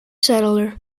settler